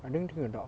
I think 听得到